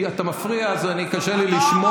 כי אתה מפריע, אז קשה לי לשמוע.